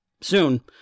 Soon